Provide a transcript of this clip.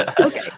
Okay